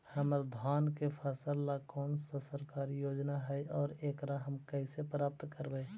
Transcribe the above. हमर धान के फ़सल ला कौन सा सरकारी योजना हई और एकरा हम कैसे प्राप्त करबई?